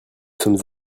sommes